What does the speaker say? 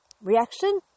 reaction